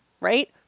right